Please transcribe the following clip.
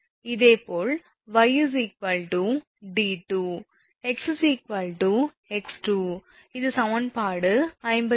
இதேபோல் 𝑦 𝑑2 𝑥𝑥2 இது சமன்பாடு 59